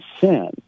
sin